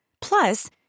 Plus